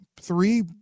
three